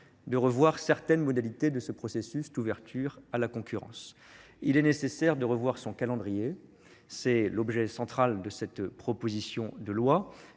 de revoir certaines modalités de ce processus d’ouverture à la concurrence, notamment son calendrier. Tel est l’objet central de cette proposition de loi.